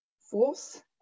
Fourth